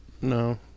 no